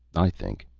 i think,